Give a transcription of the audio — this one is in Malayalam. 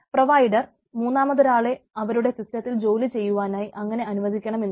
പ്രാവയ്ഡർ മൂന്നാമതൊരാളെ അവരുടെ സിസ്റ്റത്തിൽ ജോലി ചെയ്യുവാനായി അങ്ങനെ അനുവദിക്കണമെന്നില്ല